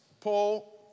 Paul